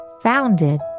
founded